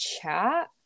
chat